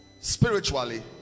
spiritually